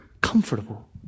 comfortable